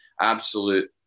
absolute